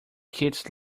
kids